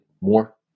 more